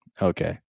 Okay